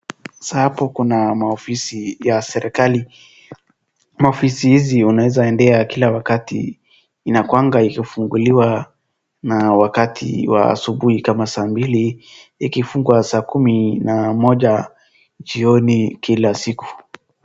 Sa hapo kuna maofisi ya serikali. Maofisi hizi unaweza endea kila wakati. Inakuanga ikifunguliwa na wakati wa asubuhi kama saa mbili ikifungwa sa kumi na moja jioni kila siku.